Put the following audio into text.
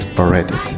already